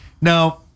Now